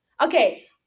Okay